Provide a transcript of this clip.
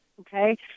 Okay